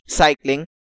cycling